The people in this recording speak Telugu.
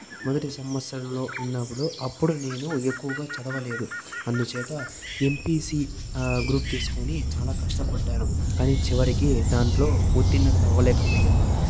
మొదటి సంవత్సరంలో ఉన్నప్పుడు అప్పుడు నేను ఎక్కువగా చదవలేదు అందుచేత ఎంపీసీ గ్రూప్ తీసుకుని చాలా కష్టపడ్డాను కానీ చివరికి దాంట్లో ఉత్తీర్ణత అవ్వలేకపోయాను